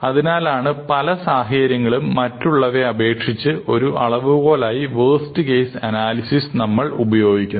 അതിനാലാണ് പല സാഹചര്യങ്ങളിലും മറ്റുള്ളവയെ അപേക്ഷിച്ചു ഒരു അളവുകോലായി വേസ്റ്റ് കേസ് അനാലിസിസ് നമ്മൾ ഉപയോഗിക്കുന്നത്